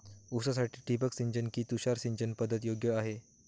ऊसासाठी ठिबक सिंचन कि तुषार सिंचन पद्धत योग्य आहे?